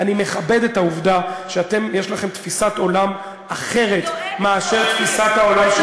אני מכבד את העובדה שאתם יש לכם תפיסת עולם אחרת מאשר תפיסת העולם,